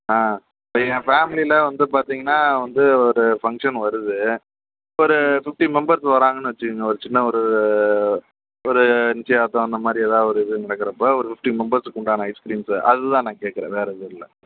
ஆ என் ஃபேமிலியில வந்து பார்த்தீங்கன்னா வந்து ஒரு ஃபன்க்ஷன் வருது ஒரு ஃபிஃப்ட்டி மெம்பர்ஸ் வர்றாங்கன்னு வச்சிக்கங்க ஒரு சின்ன ஒரு ஒரு நிச்சியதார்த்தம் அந்த மாதிரி ஏதா ஒரு இது நடக்கறப்போ ஒரு ஃபிஃப்ட்டின் மெம்பர்ஸுக்குண்டான ஐஸ்கிரீம்ஸு அது தான் நான் கேட்கறேன் வேறு எதுவும் இல்லை